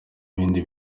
bindi